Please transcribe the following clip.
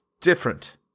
different